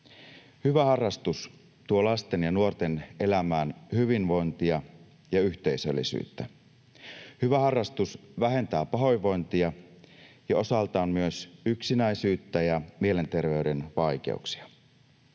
Hyvä harrastus tuo lasten ja nuorten elämään hyvinvointia ja yhteisöllisyyttä. Hyvä harrastus vähentää pahoinvointia ja osaltaan myös yksinäisyyttä ja mielenterveyden vaikeuksia.